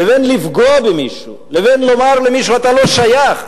לפגוע במישהו, לומר למישהו: אתה לא שייך,